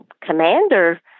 commander